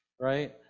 right